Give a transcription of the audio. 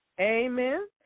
Amen